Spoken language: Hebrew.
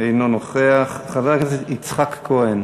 אינו נוכח, חבר הכנסת יצחק כהן,